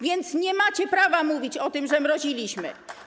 Więc nie macie prawa mówić o tym, że mroziliśmy.